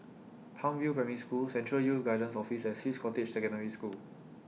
Palm View Primary School Central Youth Guidance Office and Swiss Cottage Secondary School